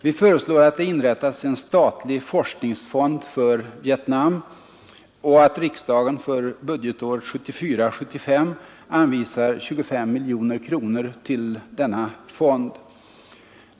Vi föreslår att det inrättas en statlig forskningsfond för Vietnam och att riksdagen för budgetåret 1974/75 anvisar 25 miljoner kronor till denna fond.